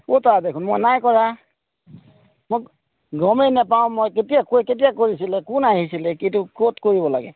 ক'তা দেখোন মই নাই কৰা মই গমেই নেপাওঁ মই কেতিয়া কৈ কেতিয়া কৰিছিলে কোন আহিছিলে কিটো ক'ত কৰিব লাগে